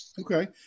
Okay